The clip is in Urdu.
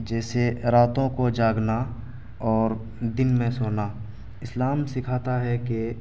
جیسے راتوں کو جاگنا اور دن میں سونا اسلام سکھاتا ہے کہ